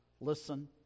listen